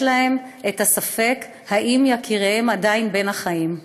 להם ספק אם יקיריהם עדיין בין החיים.